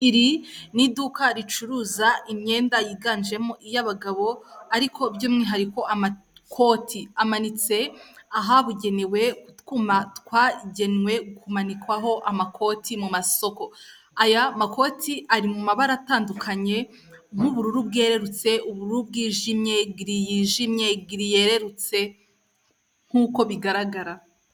Iri ni iduka ricuruza imyenda yiganjemo iy'abagabo ariko by'umwihariko amakoti, amanitse ahabugenewe, utwuma twagenwe kumanikwaho amakoti mu masoko. Aya makoti ari mu mabara atandukanye nk'ubururu bwerurutse, ubururu bwijimye, giri yijimye, giri yererutse nk'uko bigaragara.